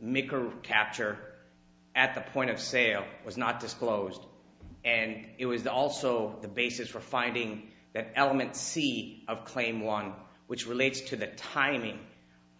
make or capture at the point of sale was not disclosed and it was also the basis for finding that elements of claim one which relates to the timing